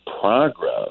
progress